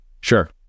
sure